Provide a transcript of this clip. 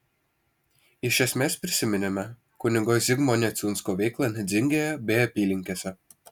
iš esmės prisiminėme kunigo zigmo neciunsko veiklą nedzingėje bei apylinkėse